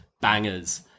bangers